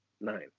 nine